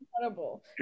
incredible